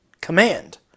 Command